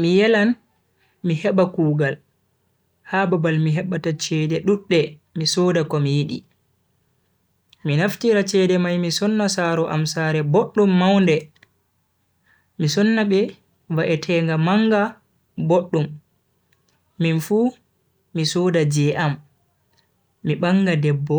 Mi yelan mi heba kugal ha babal mi hebata chede dudde mi soda komi yidi. mi naftira chede mai mi sonna saaro am sare boddum maunde, mi sonna be va'etenga manga boddum, minfu mi soda je am, mi banga debbo